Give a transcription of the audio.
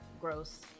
gross